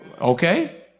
Okay